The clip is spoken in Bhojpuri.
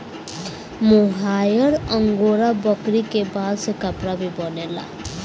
मोहायर अंगोरा बकरी के बाल से कपड़ा भी बनेला